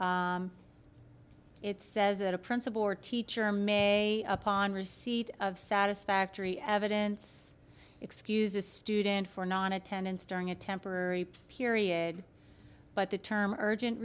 it says that a principal or teacher may upon receipt of satisfactory evidence excuse a student for nonattendance during a temporary period but the term urgent